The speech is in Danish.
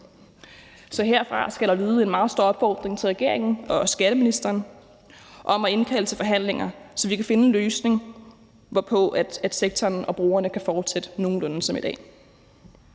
Så herfra skal der lyde en meget stor opfordring til regeringen og skatteministeren om at indkalde til forhandlinger, så vi kan finde en løsning, hvorpå sektoren og brugerne kan fortsætte nogenlunde som i dag.